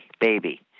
baby